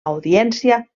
audiència